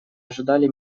ожидали